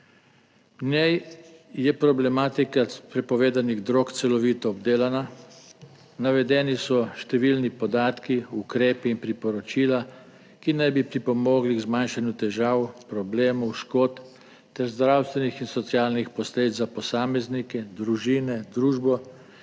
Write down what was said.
V njej je problematika prepovedanih drog celovito obdelana, navedeni so številni podatki, ukrepi in priporočila, ki naj bi pripomogli k zmanjšanju težav, problemov, škod ter zdravstvenih in socialnih posledic za posameznike, družine, družbo